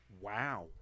Wow